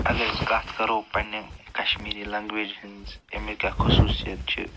اگر أسۍ کتھ کَرو پنٛنہِ کشمیٖری لنٛگویج ہِنٛز اَمِکۍ کیٛاہ خصوٗصیت چھِ